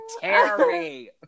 Terry